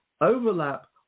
overlap